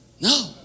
No